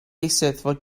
eisteddfod